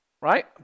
Right